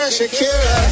Shakira